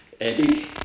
Eddie